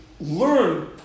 learn